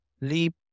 Leap